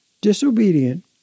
disobedient